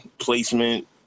placement